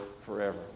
forever